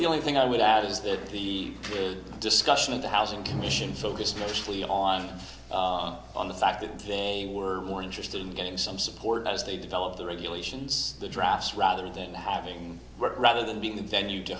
the only thing i would add is that the discussion of the housing commission focused mostly on on the fact that they were more interested in getting some support as they develop the regulations the drafts rather than having work rather than being the